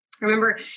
remember